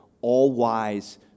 all-wise